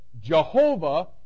Jehovah